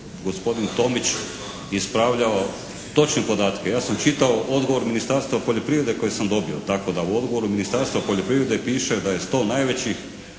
gospodin Tomić ispravljao točne podatke. Ja sam čitao odgovor Ministarstva poljoprivrede koje sam dobio, tako da u odgovoru Ministarstva poljoprivrede piše da je 100 najvećih